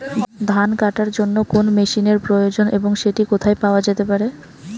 ধান কাটার জন্য কোন মেশিনের প্রয়োজন এবং সেটি কোথায় পাওয়া যেতে পারে?